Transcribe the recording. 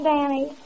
Danny